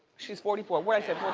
she's forty four. what i